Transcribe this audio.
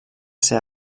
ser